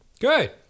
good